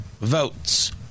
votes